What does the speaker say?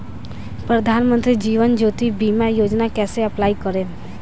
प्रधानमंत्री जीवन ज्योति बीमा योजना कैसे अप्लाई करेम?